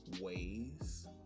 ways